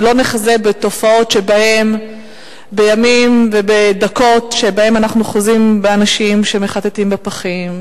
ולא נחזה בתופעות שבהן בימים ודקות שאנחנו חוזים באנשים שמחטטים בפחים,